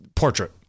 Portrait